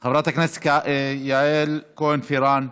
חברת הכנסת יעל כהן-פארן,